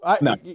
No